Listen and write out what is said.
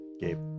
Gabe